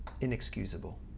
inexcusable